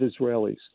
Israelis